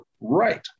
right